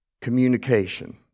Communication